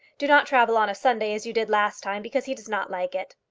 do not travel on a sunday as you did last time, because he does not like it.